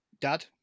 dad